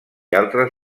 altres